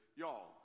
y'all